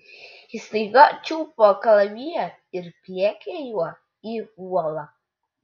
ji staiga čiupo kalaviją ir pliekė juo į uolą